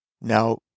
now